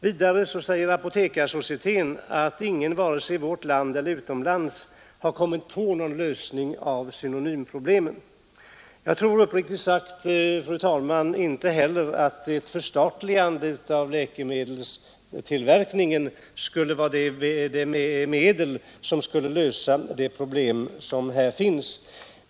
Vidare uttalar Apotekarsocieteten att ingen vare sig i vårt land eller utomlands har kommit på någon lösning av synonymproblemen. Jag tror uppriktigt sagt, fru talman, inte heller att ett förstatligande av läkemedelstillverkningen skulle vara det medel som skulle lösa det problem som här finns.